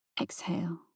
Exhale